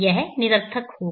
यह निरर्थक होगा